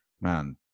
man